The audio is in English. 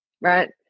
right